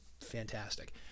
fantastic